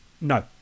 No